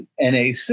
NAC